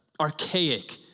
archaic